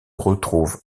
retrouve